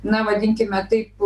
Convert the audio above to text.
na vadinkime taip